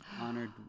honored